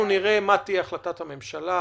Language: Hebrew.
אנחנו נראה מה תהיה החלטת הממשלה.